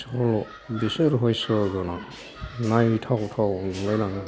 सल' बिसोर रहस्या गोनां नायथावथाव नुलायलांङो